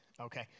Okay